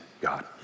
God